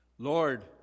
Lord